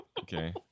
Okay